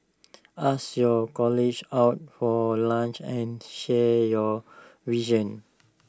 ask your colleagues out for lunch and share your visions